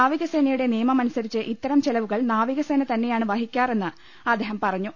നാവിക സേനയുടെ നിയമം അനുസരിച്ച് ഇത്തരം ചിലവുകൾ നാവികസേന തന്നെയാണ് വഹിക്കാറെന്ന് അദ്ദേഹം പറഞ്ഞു